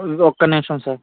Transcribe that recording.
ఒక్కనిమిషం sir